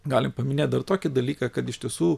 galim paminėt dar tokį dalyką kad iš tiesų